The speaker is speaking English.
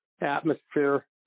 atmosphere